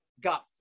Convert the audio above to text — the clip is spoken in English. got